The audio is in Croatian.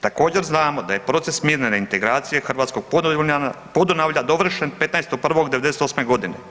Također znamo da je proces mirne reintegracije hrvatskog Podunavlja dovršen 15. 1. 98. godine.